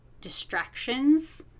distractions